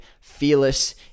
fearless